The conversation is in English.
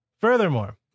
furthermore